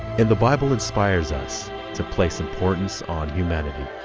and the bible inspires us to place importance on humanity.